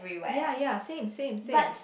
ya ya same same same